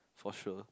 for sure